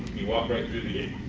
you walk right through the gate.